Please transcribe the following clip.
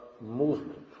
movement